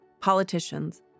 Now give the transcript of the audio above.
politicians